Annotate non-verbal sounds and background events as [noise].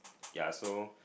ya so [noise]